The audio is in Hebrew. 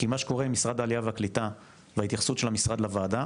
כי מה שקורה עם משרד העלייה והקליטה וההתייחסות של המשרד לוועדה,